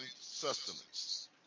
sustenance